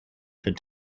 for